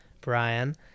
Brian